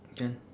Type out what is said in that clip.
can